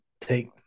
take